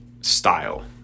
style